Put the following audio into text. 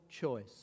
choice